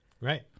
Right